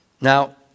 Now